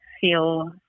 feel